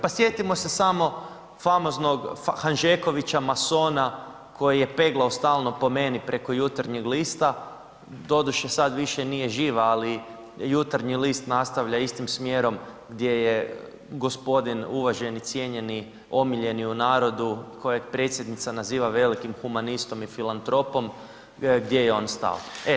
Pa sjetimo se samo famoznog Hanžekovića masona koji je peglao stalno po meni preko Jutarnjeg lista, doduše sad više nije živ ali Jutarnji list nastavlja istim smjerom gdje je g. uvaženi cijenjeni omiljeni u narodu, kojeg Predsjednica naziva velikim humanistom i filantropom, gdje je on stao.